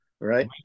Right